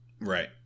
Right